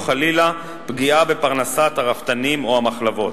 או חלילה פגיעה בפרנסת הרפתנים או המחלבות.